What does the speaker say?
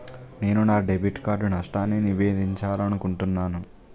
నేను నా debit card నష్టాన్ని నివేదించాలనుకుంటున్నాను